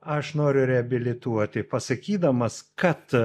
aš noriu reabilituoti pasakydamas kad